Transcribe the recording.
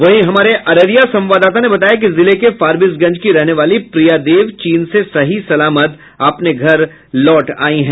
वहीं हमारे अररिया संवाददाता ने बताया कि जिले के फॉरबिसगंज की रहने वाली प्रिया देव चीन से सही सलामत अपने घर लौट आयी है